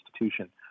institution